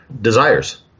desires